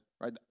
right